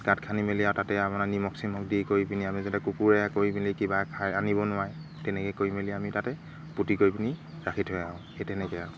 গাঁত খান্দি মেলি আৰু তাতে আপোনাৰ নিমখ চিমখ দি কৰি পিনি আমি যাতে কুকুৰে কৰি মেলি কিবা খাই আনিব নোৱাৰে তেনেকৈ কৰি মেলি আমি তাতে পুতি কৰি পিনি ৰাখি থৈ আহো সেই তেনেকৈ আৰু